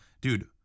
dude